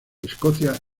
escocia